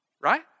Right